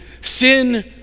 Sin